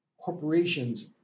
corporations